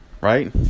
right